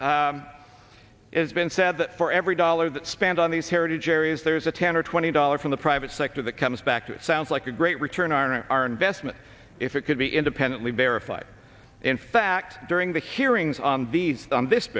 is been said that for every dollar they spend on these heritage areas there's a ten or twenty dollar from the private sector that comes back to it sounds like a great return our investment if it could be independently verified in fact during the hearings on these this